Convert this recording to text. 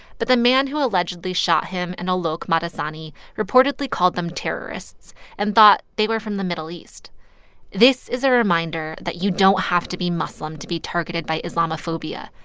but the man who allegedly shot him and alok madasani reportedly called them terrorists and thought they were from the middle east this is a reminder that you don't have to be muslim to be targeted by islamophobia.